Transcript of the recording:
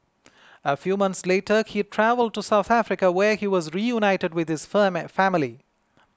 a few months later he travelled to South Africa where he was reunited with his firm family